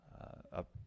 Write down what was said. up